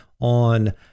on